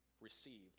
received